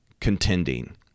contending